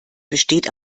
besteht